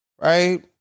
right